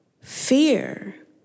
fear